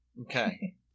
Okay